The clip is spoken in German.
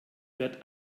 wird